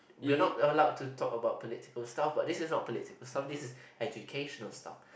we're not allowed to talk about political stuff but this is not poltiical stuff this is educational stuff